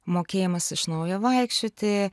mokėjimas iš naujo vaikščioti